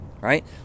right